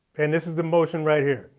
and this is the motion right here.